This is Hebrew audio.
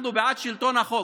אנחנו בעד שלטון החוק,